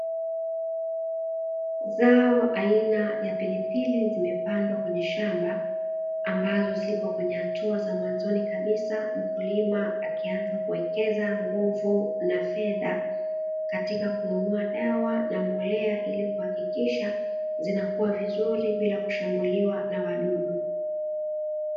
Zao aina ya pilipili zimepandwa kwenye shamba, ambazo zipo katika hatua ya mwanzoni kabisa. Mkulima akianza kuwekeza nguvu na fedha katika kununua dawa za mbolea ili kuhakikisha zinakua vizuri bila kushambuliwa na wadudu